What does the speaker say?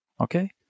Okay